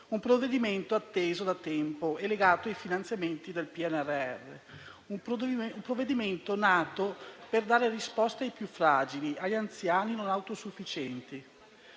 un provvedimento atteso da tempo e legato ai finanziamenti del PNRR, nato per dare risposte ai più fragili, agli anziani non autosufficienti.